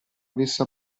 avesse